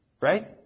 Right